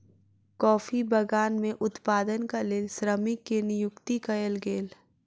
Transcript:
coffee बगान में उत्पादनक लेल श्रमिक के नियुक्ति कयल गेल